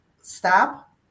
stop